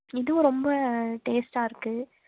இதுவும் ரொம்ப டேஸ்ட்டாக இருக்கு